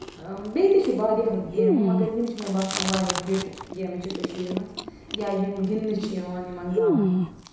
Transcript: بیٚیہِ تہِ چھِ واریاہ گیمہٕ مگر یِمہٕ چھِ مےٚ باسان واریاہ ہِٹ گیمہٕ چھِ کٔشیٖرِ منٛز یا یِم گِنٛدنہِ چھِ یِوان یِمَن گامَن منٛز